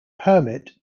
permit